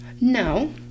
No